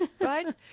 Right